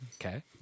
Okay